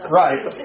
right